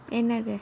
என்ன:enna